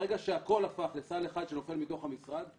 ברגע שהכול הפך לסל אחד שנופל מתוך המשרד,